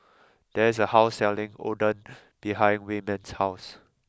there is a house selling Oden behind Wayman's house